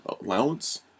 allowance